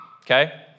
okay